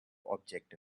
object